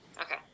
Okay